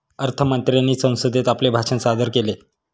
अर्थ मंत्र्यांनी संसदेत आपले भाषण सादर केले